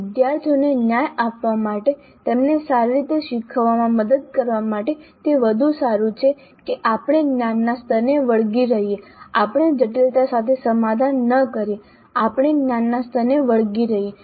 વિદ્યાર્થીઓને ન્યાય આપવા માટે તેમને સારી રીતે શીખવામાં મદદ કરવા માટે તે વધુ સારું છે કે આપણે જ્ઞાનના સ્તરને વળગી રહીએ આપણે જટિલતા સાથે સમાધાન ન કરીએ આપણે જ્ઞાનના સ્તરને વળગી રહીએ